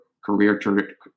career